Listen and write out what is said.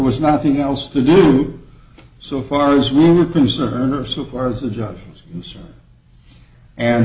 was nothing else to do so far as we were concerned or so far as the